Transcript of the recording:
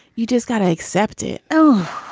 you just gotta accept it. oh,